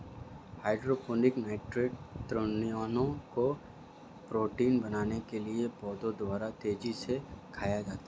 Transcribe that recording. hydroponic nitrate ऋणायनों को protein बनाने के लिए पौधों द्वारा तेजी से खाया जाता है